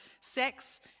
sex